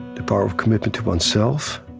the power of commitment to oneself,